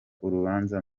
urubanza